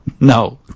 No